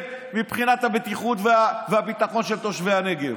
מבחינת הבטיחות והביטחון של תושבי הנגב.